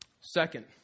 Second